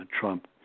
Trump